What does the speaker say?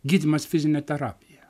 gydymas fizine terapija